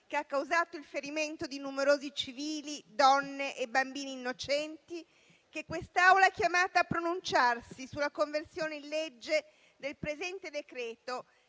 che ha causato il ferimento di numerosi civili, donne e bambini innocenti, che quest'Aula è chiamata a pronunciarsi sulla conversione in legge del presente decreto;